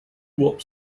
wop